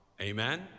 amen